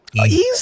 Easy